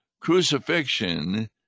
Crucifixion